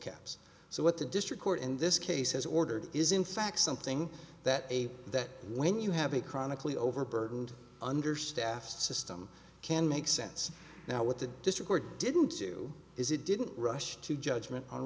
caps so what the district court in this case has ordered is in fact something that a that when you have a chronically overburdened understaffed system can make sense now what the district or didn't do is it didn't rush to judgment on